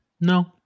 No